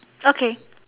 okay